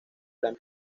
gran